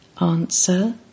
Answer